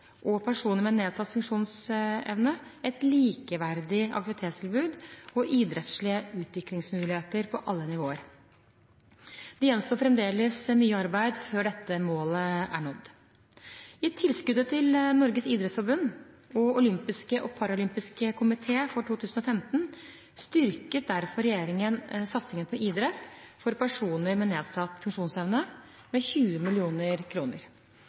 og personer med nedsatt funksjonsevne et likeverdig aktivitetstilbud og idrettslige utviklingsmuligheter på alle nivåer. Det gjenstår fremdeles mye arbeid før dette målet er nådd. I tilskuddet til Norges idrettsforbund og olympiske og paralympiske komité for 2015 styrket derfor regjeringen satsingen på idrett for personer med nedsatt funksjonsevne med 20